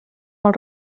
els